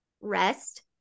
rest